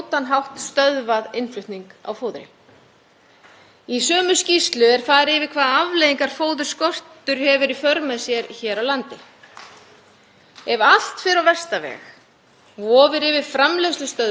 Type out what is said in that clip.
Ef allt fer á versta veg vofir yfir framleiðslustöðvun í eggja-, alifugla- og svínarækt ásamt því að draga þarf verulega úr framleiðslu í mjólkuriðnaði og nautgripa- og sauðfjárrækt.